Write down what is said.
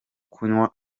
kunywa